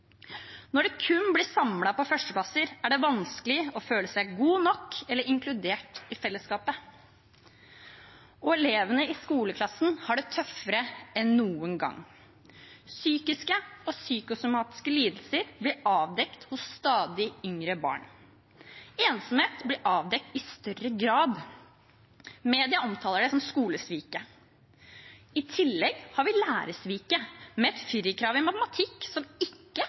Når det kun blir samlet på førsteplasser, er det vanskelig å føle seg god nok eller inkludert i fellesskapet. Elevene i skoleklassen har det tøffere enn noen gang. Psykiske og psykosomatiske lidelser blir avdekt hos stadig yngre barn. Ensomhet blir avdekt i større grad. Media omtaler det som skolesviket. I tillegg har vi lærersviket, med et firerkrav i matematikk som ikke